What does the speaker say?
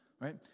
Right